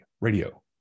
radio